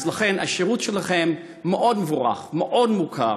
אז לכן השירות שלכן מאוד מבורך, מאוד מוכר.